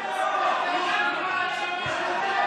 שב בשקט,